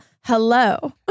Hello